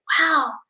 wow